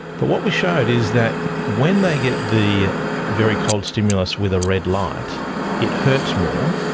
but what we showed is that when they get the very cold stimulus with a red light it hurts more.